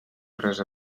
res